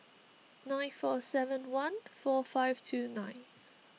nine four seven one four five two nine